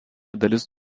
dalis